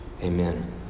amen